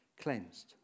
cleansed